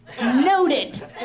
Noted